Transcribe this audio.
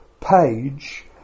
page